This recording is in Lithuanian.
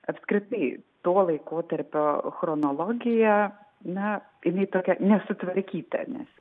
apskritai to laikotarpio chronologija na jinai tokia nesutvarkyta nes